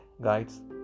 guides